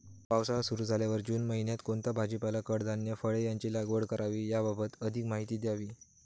पावसाळा सुरु झाल्यावर जून महिन्यात कोणता भाजीपाला, कडधान्य, फळे यांची लागवड करावी याबाबत अधिक माहिती द्यावी?